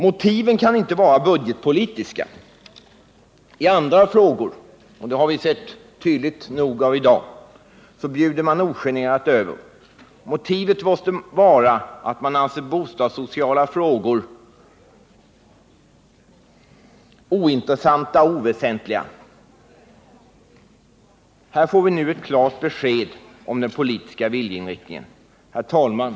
Motiven kan inte vara budgetpolitiska. I andra frågor — det har vi sett tydliga bevis på i dag — bjuder man ogenerat över. Motivet måste vara att man anser bostadssociala frågor ointressanta och oväsentliga. Här får vi nu ett klart besked om den politiska viljeinriktningen. Herr talman!